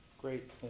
Great